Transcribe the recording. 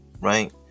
Right